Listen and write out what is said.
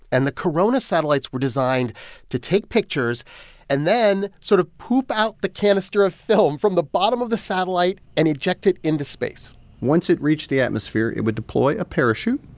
and the corona satellites were designed to take pictures and then sort of poop out the canister of film from the bottom of the satellite and inject it into space once it reached the atmosphere, it would deploy a parachute.